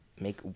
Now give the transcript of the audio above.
make